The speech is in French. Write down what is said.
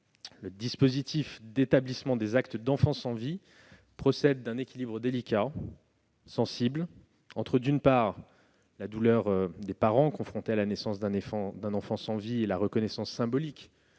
Le dispositif d'établissement des actes d'enfant sans vie procède d'un équilibre délicat, sensible, entre, d'une part, la douleur des parents confrontés à la naissance d'un enfant sans vie et la reconnaissance symbolique